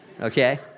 okay